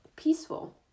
peaceful